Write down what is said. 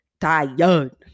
tired